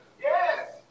Yes